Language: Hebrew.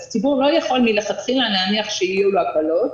הציבור לא יכול מלכתחילה להניח שיהיו לו הקלות,